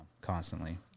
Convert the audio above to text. constantly